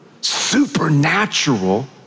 supernatural